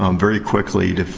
um very quickly,